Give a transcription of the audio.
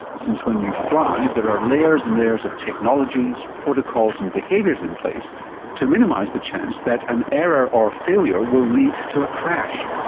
since when you fly there are layers and layers of technologies, protocols and behaviours in place to minimise the chance that an error or failure will lead to a crash.